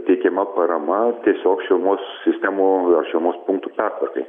teikiama parama tiesiog šilumos sistemų šilumos punktų pertvarkai